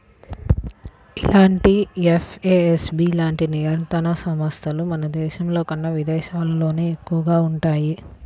ఇలాంటి ఎఫ్ఏఎస్బి లాంటి నియంత్రణ సంస్థలు మన దేశంలోకన్నా విదేశాల్లోనే ఎక్కువగా వుంటయ్యి